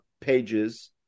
pages